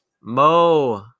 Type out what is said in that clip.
Mo